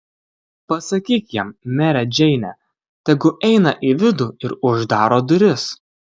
pasakyk jam mere džeine tegu eina į vidų ir uždaro duris